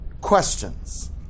questions